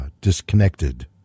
disconnected